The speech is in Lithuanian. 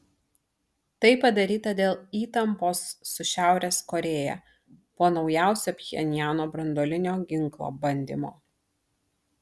tai padaryta dėl įtampos su šiaurės korėja po naujausio pchenjano branduolinio ginklo bandymo